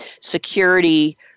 security